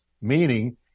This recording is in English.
Meaning